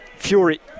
Fury